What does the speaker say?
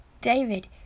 David